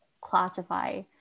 classify